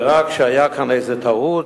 ורק היתה כאן איזו טעות,